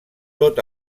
tot